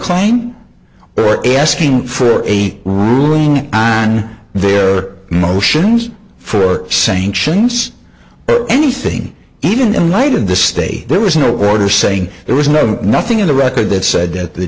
claim but asking for a ruling on their motions for sanctions or anything even in light of the state there was no order saying there was no nothing in the record that said that the